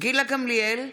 גילה גמליאל,